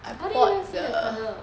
why do you want to see the colour